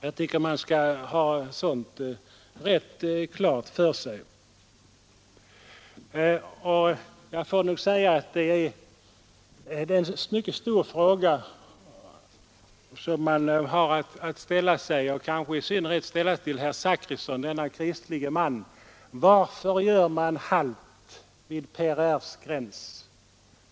Jag tycker man skall ha det klart för sig. Men en stor fråga som man kan ställa sig — och som kanske i synnerhet kan ställas till herr Zachrisson, denne kristlige man — är: Varför gör man halt vid PRR:s gräns?